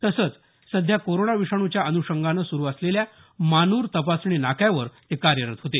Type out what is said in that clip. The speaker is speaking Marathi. तसंच सध्या कोरोना विषाण्च्या अन्षंगाने सुरू असलेल्या मानूर तपासणी नाक्यावर कार्यरत होते